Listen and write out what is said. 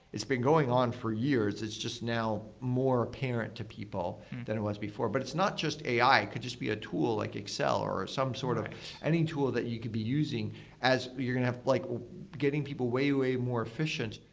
it's been going on for years. it's just now more apparent to people than it was before. but it's not just a i, it could just be a tool, like excel, or or some sort of any tool that you could be using as you're going to have like getting people way, way more efficient.